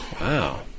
Wow